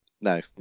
No